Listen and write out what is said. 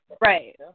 right